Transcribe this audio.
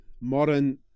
modern